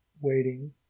waiting